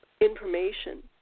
information